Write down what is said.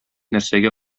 нәрсәгә